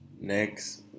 next